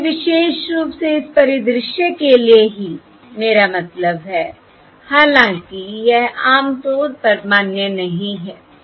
इसलिए विशेष रूप से इस परिदृश्य के लिए ही मेरा मतलब है हालांकि यह आम तौर पर मान्य नहीं है